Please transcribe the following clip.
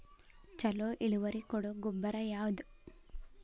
ಛಲೋ ಇಳುವರಿ ಕೊಡೊ ಗೊಬ್ಬರ ಯಾವ್ದ್?